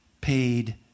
paid